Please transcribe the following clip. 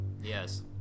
Yes